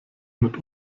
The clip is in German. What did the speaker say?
mit